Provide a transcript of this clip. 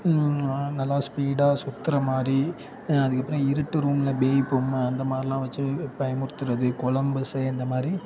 நல்லா ஸ்பீடாக சுத்துகிற மாதிரி அதுக்கப்புறம் இருட்டு ரூமில் பேய் பொம்மை அந்த மாதிரிலாம் வச்சு பயமுறுத்துறது கொலம்பஸு அந்த மாதிரி